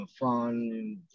fun